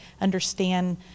understand